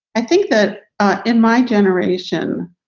i think that ah in my generation,